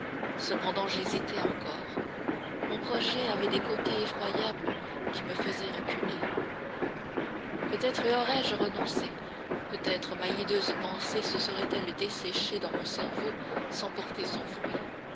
cependant j'hésitais encore mon projet avait des côtés effroyables qui me faisaient reculer peut-être y aurais-je renoncé peut-être ma hideuse pensée se serait-elle desséchée dans mon cerveau sans porter son fruit